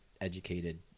educated